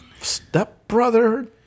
stepbrother